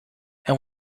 and